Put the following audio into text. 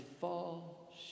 fall